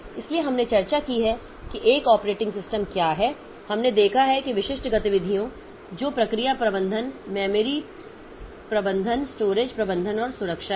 इसलिए हमने चर्चा की है कि एक ऑपरेटिंग सिस्टम क्या है और हमने देखा है कि विशिष्ट गतिविधियाँ जो प्रक्रिया प्रबंधन मेमोरी प्रबंधन स्टोरेज प्रबंधन और सुरक्षा हैं